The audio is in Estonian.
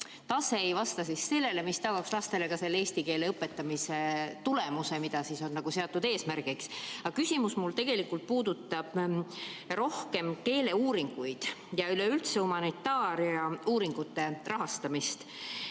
tase ei vasta sellele, mis tagaks lastele sellise eesti keele õpetamise tulemuse, mis on seatud eesmärgiks. Aga mu küsimus tegelikult puudutab rohkem keeleuuringute ja üleüldse humanitaarvaldkonna uuringute rahastamist.